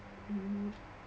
mm